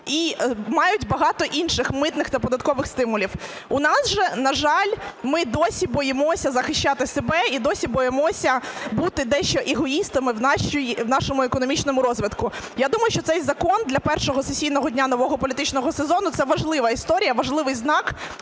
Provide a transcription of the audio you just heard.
і мають багато інших митних та податкових стимулів. У нас же, на жаль, ми досі боїмося захищати себе і досі боїмося бути дещо егоїстами в нашому економічному розвитку. Я думаю, що цей закон для першого сесійного дня нового політичного сезону – це важлива історія, важливий знак